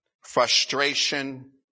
frustration